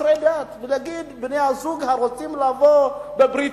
"חסרי דת" ולהגיד: בני-הזוג הרוצים לבוא בברית